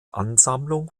ansammlung